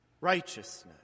Righteousness